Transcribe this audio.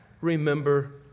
remember